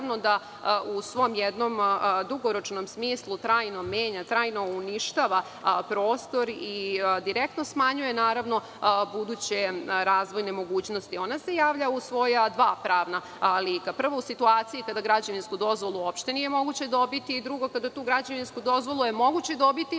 da u svom jednom dugoročnom smislu trajno menja, trajno uništava prostor i direktno smanjuje buduće razvojne mogućnosti. Ona se javlja u svoja dva pravna lika. Prvo, u situaciji kada građevinsku dozvolu uopšte nije moguće dobiti i drugo, kada je tu građevinsku dozvolu moguće dobiti,